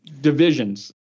divisions